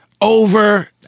over